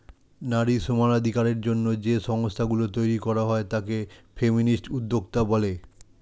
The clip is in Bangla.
নারী সমানাধিকারের জন্য যে সংস্থা গুলো তৈরী করা হয় তাকে ফেমিনিস্ট উদ্যোক্তা বলে